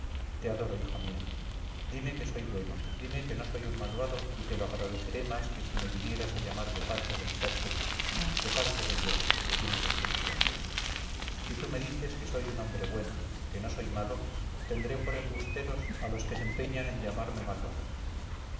te adoro hija mía dime que soy bueno dime que no soy un malvado y te lo agradeceré más que si me vinieras a llamar de parte del ser sup de parte de dios decimos los cristianos si tú me dices que soy un hombre bueno que no soy malo tendré por embusteros a los que se empeñan en llamarme malvado